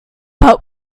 but